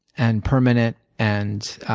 and permanent, and